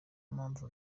mpamvu